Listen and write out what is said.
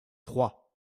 trois